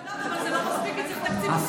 את זה אני יודעת, אבל זה לא מספיק לתקציב הסייעות.